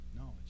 No